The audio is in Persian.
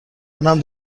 اونم